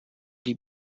die